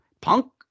punk